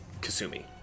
Kasumi